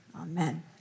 Amen